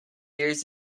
years